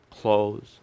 clothes